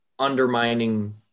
undermining